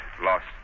Lost